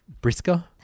brisker